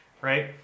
right